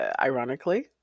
ironically